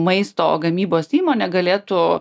maisto gamybos įmonė galėtų